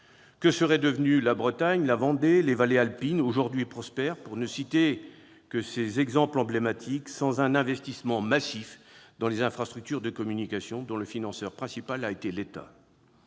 Que seraient devenues la Bretagne, la Vendée, les vallées alpines, aujourd'hui prospères- pour ne citer que ces exemples emblématiques-, sans un investissement massif dans les infrastructures de communication, dont le financeur principal a été l'État ?